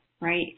right